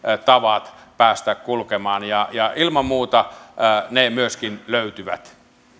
tavat päästä kulkemaan ja ja ilman muuta ne myöskin löytyvät